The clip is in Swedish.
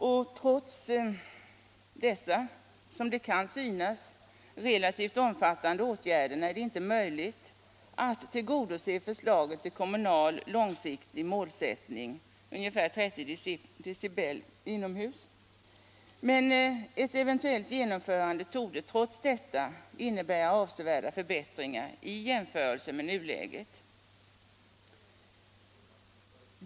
Trots de här — som det kan synas — relativt omfattande åtgärderna är det inte möjligt att tillgodose den föreslagna långsiktiga kommunala målsättningen, ungefär 30 decibel inomhus, men ett eventuellt genomförande torde trots detta innebära avsevärda förbättringar i jämförelse med nuläget.